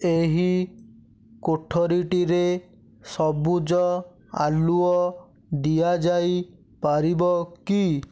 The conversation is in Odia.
ଏହି କୋଠରିଟିରେ ସବୁଜ ଆଲୁଅ ଦିଆଯାଇ ପାରିବ କି